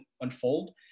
unfold